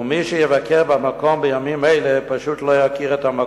ומי שיבקר בו בימים אלה פשוט לא יכיר אותו.